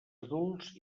adults